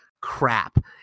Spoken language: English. crap